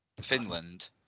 finland